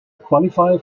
qualify